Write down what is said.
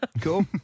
Cool